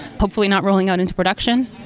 hopefully not rolling out into production.